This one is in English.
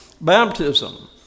baptism